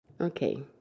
Okay